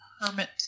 hermit